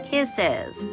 Kisses